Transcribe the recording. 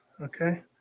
okay